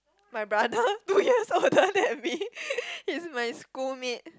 my brother two years older than me he's my schoolmate